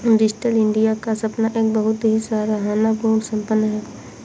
digital India का सपना एक बहुत ही सराहना पूर्ण सपना है